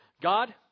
God